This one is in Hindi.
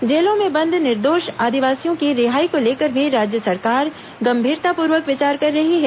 जेलों में बंद निर्दोष आदिवासियों की रिहाई को लेकर भी राज्य सरकार गंभीरतापूर्वक विचार कर रही है